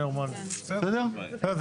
זה